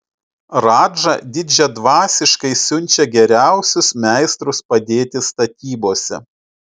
radža didžiadvasiškai siunčia geriausius meistrus padėti statybose